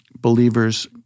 believers